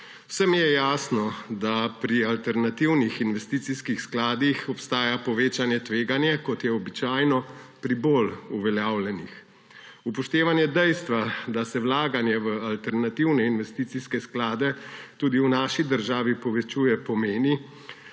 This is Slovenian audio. Vsem je jasno, da pri alternativnih investicijskih skladih obstaja povečano tveganje, kot je običajno pri bolj uveljavljenih. Upoštevanje dejstva, da se vlaganje v alternativne investicijske sklade tudi v naši državi povečuje, pomeni,